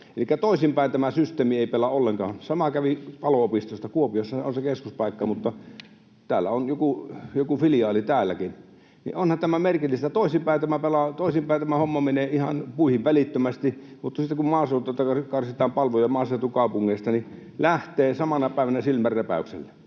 Elikkä toisinpäin tämä systeemi ei pelaa ollenkaan. Sama kävi Pelastusopiston kanssa: Kuopiossahan on se keskuspaikka, mutta on joku filiaali täälläkin. Niin että onhan tämä merkillistä, että toisinpäin tämä homma menee ihan puihin välittömästi, mutta siten kun maaseudulta ja maaseutukaupungeista karsitaan palveluja, niin lähtee samana päivänä silmänräpäyksellä.